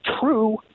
true